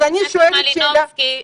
ח"כ מלינובסקי,